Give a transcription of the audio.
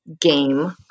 game